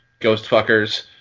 Ghostfuckers